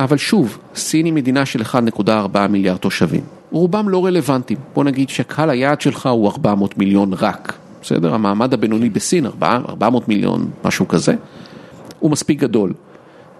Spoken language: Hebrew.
אבל שוב, סין היא מדינה של 1.4 מיליארד תושבים, רובם לא רלוונטיים, בוא נגיד שהקהל היעד שלך הוא 400 מיליון רק, בסדר? המעמד הבינוני בסין, 400 מיליון, משהו כזה, הוא מספיק גדול.